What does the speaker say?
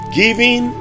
giving